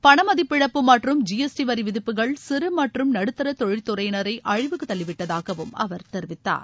பணமதிப்பிழப்பு மற்றும் G S T வரி விதிப்புகள் சிறு மற்றும் நடுத்தர தொழில் துறையினரை அழிவுக்கு தள்ளி விட்டதாகவும் அவர் தெரிவித்தார்